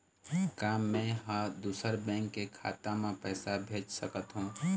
का मैं ह दूसर बैंक के खाता म पैसा भेज सकथों?